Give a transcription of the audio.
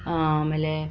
ಆಮೇಲೆ